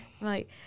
Right